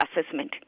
assessment